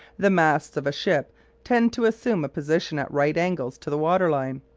the masts of a ship tend to assume a position at right angles to the water-line.